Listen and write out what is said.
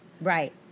Right